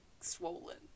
swollen